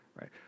right